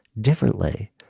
differently